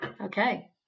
Okay